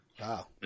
Wow